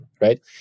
right